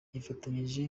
nifatanyije